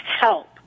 help